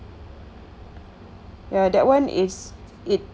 ya that one is it